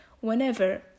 Whenever